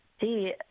see